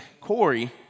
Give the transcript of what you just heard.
Corey